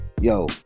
Yo